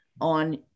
on